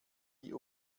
die